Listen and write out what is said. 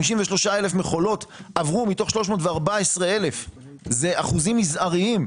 53,000 מכולות עברו מתוך 314,000. זה אחוזים מזעריים.